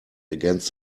against